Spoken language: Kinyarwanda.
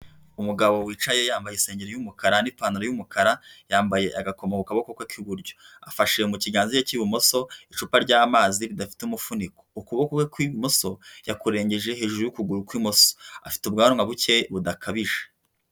Umugabo wicaye yambaye isengeri'umukara n nipantaro y'umukara yambaye agako mu ku kaboko k'iburyo afashe mu kiganza cye cy'ibumoso icupa ry'amazi ridafite umufuniko ukuboko kwe kw'ibumoso yakurengeje hejuru y'ukuguru kw'imoso afite ubwanwa buke budakabije.